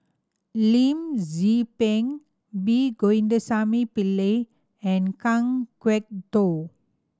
Lim Tze Peng P Govindasamy Pillai and Kan Kwok Toh